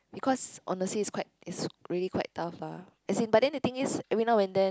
because honestly it's quite it's really quite tough ah as in but then the thing is every now and then